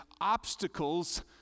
obstacles